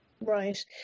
Right